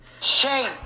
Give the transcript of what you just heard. Shame